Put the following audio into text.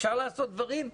אפשר לעשות דברים.